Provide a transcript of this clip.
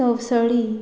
तवसळी